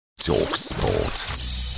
Talksport